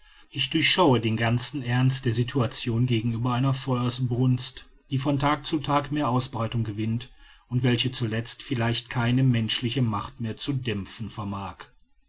ich durchschaue den ganzen ernst der situation gegenüber einer feuersbrunst die von tag zu tag mehr ausbreitung gewinnt und welche zuletzt vielleicht keine menschliche macht mehr zu dämpfen vermag